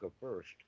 first